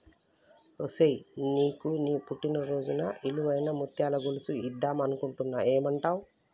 ఒసేయ్ నీకు నీ పుట్టిన రోజున ఇలువైన ముత్యాల గొలుసు ఇద్దం అనుకుంటున్న ఏమంటావ్